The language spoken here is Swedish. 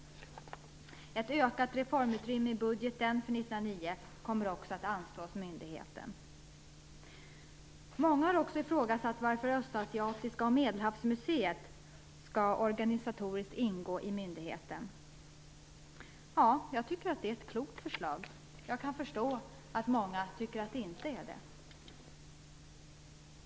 Ett ökat reformutrymme i budgeten för 1999 kommer också att anslås myndigheten. Många har också frågat varför Östasiatiska museet och Medelhavsmuseet skall ingå organisatoriskt i myndigheten. Jag tycker att det är ett klokt förslag, även om jag kan förstå att många inte tycker det.